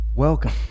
Welcome